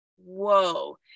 whoa